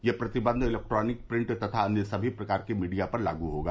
यह प्रतिबंध electronic print तथा अन्य सभी प्रकार के मीडिया पर लागू होगा